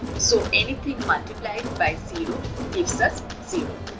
so anything multiplied by zero gives us zero.